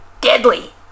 deadly